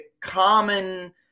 common